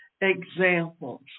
examples